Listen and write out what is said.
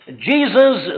Jesus